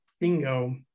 bingo